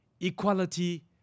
Equality